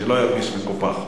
שלא ירגיש מקופח.